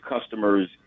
customers